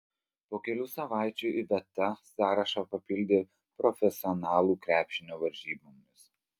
po kelių savaičių iveta sąrašą papildė profesionalų krepšinio varžybomis